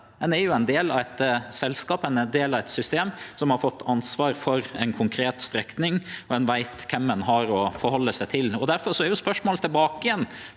Ein er ein del av eit selskap, ein er del av eit system som har fått ansvar for ei konkret strekning, og ein veit kven ein har å halde seg til. Difor er spørsmålet tilbake til